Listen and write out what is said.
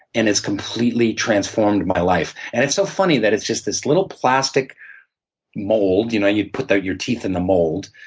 and it's completely transformed my life. and it's so funny that it's just this little plastic mold, you know, you put your teeth in the mold.